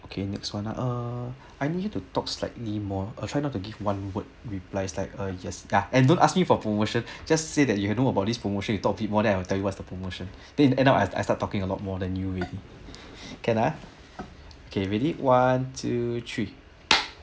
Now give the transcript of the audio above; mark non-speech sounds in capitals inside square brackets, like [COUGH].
okay next one ah uh I need to talk slightly more uh try not to give one word replies like uh yes and ya don't ask me for promotion just say that you have known about this promotion you talk a bit more then I will tell you what's the promotion then ended up I I start talking a lot more than you already [LAUGHS] can uh okay ready one two three [NOISE]